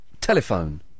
Telephone